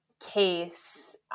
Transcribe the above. case